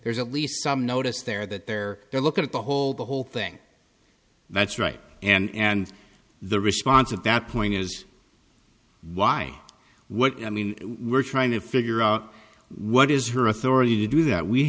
there's at least some notice there that there are look at the whole the whole thing that's right and the response of that point is why what i mean we're trying to figure out what is her authority to do that we